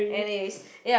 anyways yeah